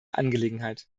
angelegenheit